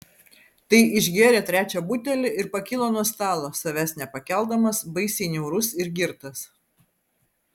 tai išgėrė trečią butelį ir pakilo nuo stalo savęs nepakeldamas baisiai niaurus ir girtas